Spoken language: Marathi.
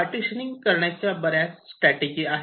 पार्टीशनिंग करण्याच्या बर्याच स्ट्रॅटजी आहेत